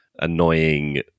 annoying